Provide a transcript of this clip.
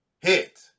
Hit